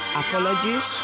apologies